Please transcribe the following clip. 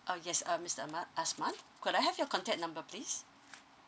oh yes uh mister asma~ asman could I have your contact number please